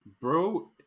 Bro